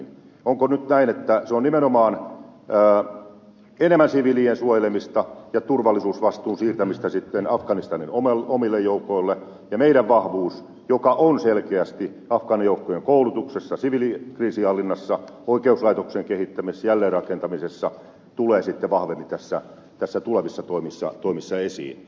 onko nyt näin että se on nimenomaan enemmän siviilien suojelemista ja turvallisuusvastuun siirtämistä afganistanin omille joukoille ja meidän vahvuutemme joka on selkeästi afgaanijoukkojen koulutuksessa siviilikriisinhallinnassa oikeuslaitoksen kehittämisessä jälleenrakentamisessa tulee vahvemmin tulevissa toimissa esiin